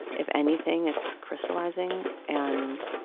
if anything, it's crystallizing and.